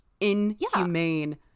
inhumane